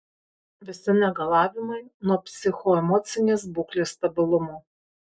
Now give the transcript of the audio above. visi negalavimai nuo psichoemocinės būklės stabilumo